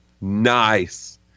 Nice